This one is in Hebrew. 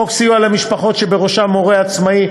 67. חוק סיוע למשפחות שבראשן הורה עצמאי,